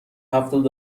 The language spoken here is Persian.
هفتاد